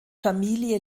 familie